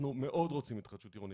אנחנו מאוד רוצים התחדשות עירונית,